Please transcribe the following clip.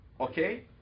okay